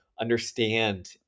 understand